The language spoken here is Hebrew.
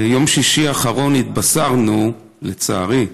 בשישי האחרון התבשרנו, לצערי,